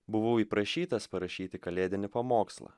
buvau įprašytas parašyti kalėdinį pamokslą